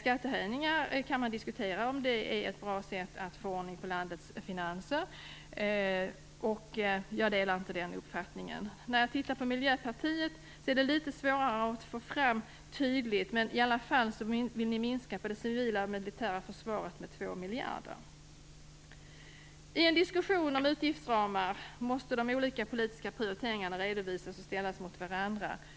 Man kan diskutera om skattehöjningar är ett bra sätt att få ordning på landets finanser. Jag delar inte den uppfattningen. När man tittar på Miljöpartiet är det litet svårare att få fram ett tydligt mönster, men ni vill i alla fall minska på det civila och militära försvaret med 2 I en diskussion om utgiftsramar måste de olika politiska prioriteringarna redovisas och ställas mot varandra.